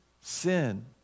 sin